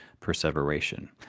perseveration